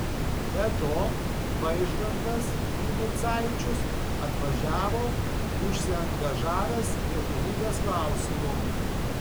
be to vaižgantas į micaičius atvažiavo užsiangažavęs lietuvybės klausimu